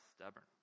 stubborn